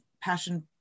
passion